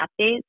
updates